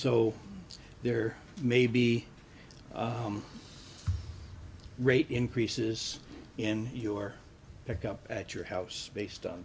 so there may be rate increases in your pick up at your house based on